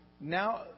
Now